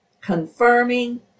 confirming